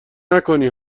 نکنی